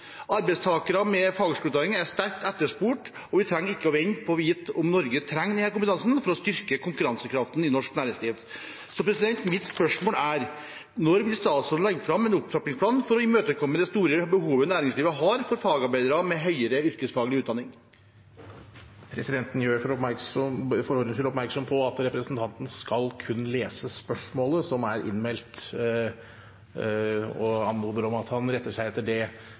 Arbeidstakere med fagskoleutdanning er sterkt etterspurt, og vi trenger ikke vente på å få vite om Norge trenger denne kompetansen for å styrke konkurransekraften i norsk næringsliv. Så mitt spørsmål er: «Når vil statsråden legge fram en opptrappingsplan for å imøtekomme det store behovet næringslivet har for fagarbeidere med høyere yrkesfaglig utdanning?» Presidenten gjør for ordens skyld oppmerksom på at representanten kun skal lese spørsmålet som er innmeldt, og anmoder om at han retter seg etter det